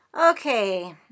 Okay